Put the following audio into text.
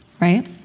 right